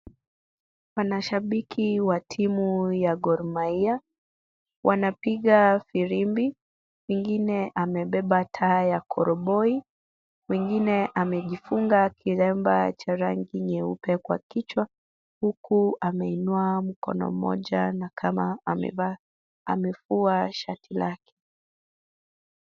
Wanashabiki wa timu ya Gor Mahia wanapiga firimbi. Mwingine amebeba taa ya koroboi, mwingine amejifunga kilemba cha rangi nyeupe kwa kichwa huku ameinua mkono mmoja na kama amevua shati lake.